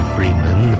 Freeman